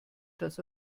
dass